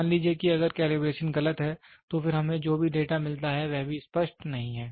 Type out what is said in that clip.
मान लीजिए कि अगर कैलिब्रेशन गलत है तो फिर हमें जो भी डेटा मिलता है वह भी स्पष्ट नहीं है